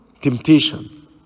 temptation